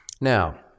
now